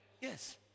Yes